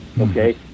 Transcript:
okay